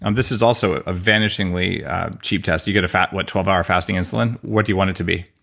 um this is also ah a vanishingly cheap test, you get a fat, what twelve hour fasting insulin, what do you want it to be?